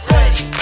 Ready